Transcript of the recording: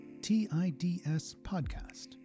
TIDSpodcast